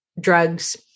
drugs